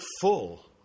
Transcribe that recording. full